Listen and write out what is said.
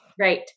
right